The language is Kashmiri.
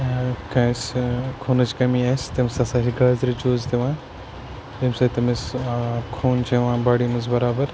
کٲنٛسہ خوٗنٕچ کمی آسہِ تٔمِس ہَسا چھِ گازرِ جوٗس دِوان ییٚمہِ سۭتۍ تٔمِس خوٗن چھُ یِوان باڈی منٛز بَرابَر